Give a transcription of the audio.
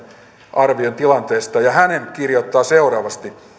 arvion tilanteesta ja hän kirjoittaa seuraavasti